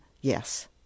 yes